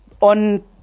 on